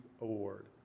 Award